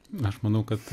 na aš manau kad